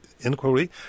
Inquiry